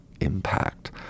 impact